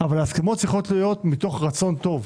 אבל הסכמות צריכות להיות מתוך רצון טוב,